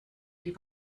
die